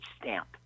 stamp